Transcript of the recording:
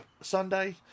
Sunday